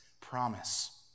promise